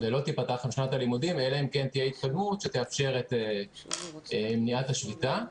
ולא תיפתח שנת הלימודים אלא אם כן תהיה התקדמות שתאפשר את מניעת השביתה.